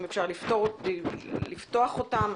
אם אפשר לפתוח אותם.